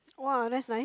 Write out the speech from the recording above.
!wah! that's nice